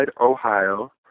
Ohio